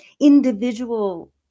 individual